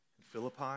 Philippi